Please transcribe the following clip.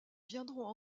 viendront